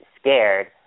scared